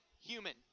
human